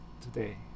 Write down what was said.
today